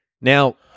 Now